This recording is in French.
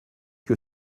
que